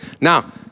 Now